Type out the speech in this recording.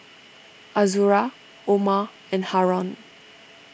Azura Omar and Haron